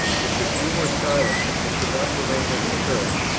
if the view were silenced, i could not remain in the church,